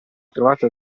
trovato